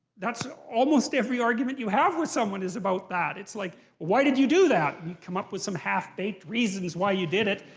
that's almost every argument you have with someone is about that. it's like why did you do that? and you come up with some half baked reasons why you did it.